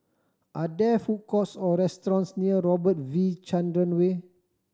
are there food courts or restaurants near Robert V Chandran Way